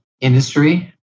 industry